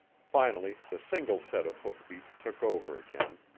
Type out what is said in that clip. finally the single set of hoofbeats took over again,